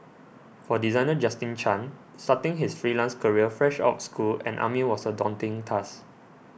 for designer Justin Chan starting his freelance career fresh out school and army was a daunting task